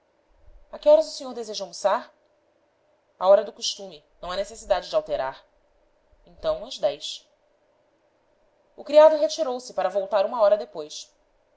a que horas o senhor deseja almoçar à hora do costume não há necessidade de alterar então às dez o criado retirou-se para voltar uma hora depois